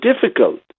difficult